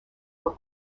were